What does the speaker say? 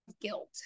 guilt